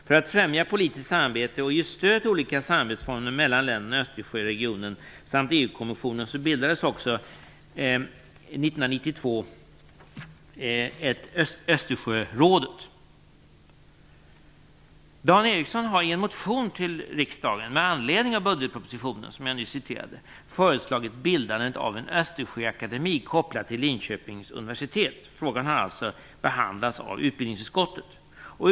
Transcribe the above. För att främja politiskt samarbete och ge stöd till olika samarbetsformer mellan länderna i Östersjöregionen samt EU-kommissionen bildades också 1992 Dan Ericsson har i en motion till riksdagen med anledning av budgetpropositionen, som jag nyss citerade, föreslagit bildandet av en Östersjöakademi kopplad till Linköpings universitet. Frågan har alltså behandlats av utbildningsutskottet.